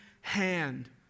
hand